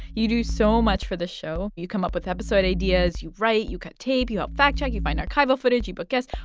you do so much for the show. you come up with episode ideas. you write. you cut tape. you up fact check. you find archival footage. you book guests.